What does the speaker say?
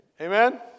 Amen